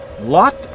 Lot